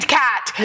cat